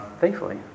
thankfully